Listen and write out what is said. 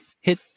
hit